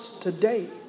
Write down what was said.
today